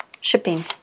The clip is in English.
shipping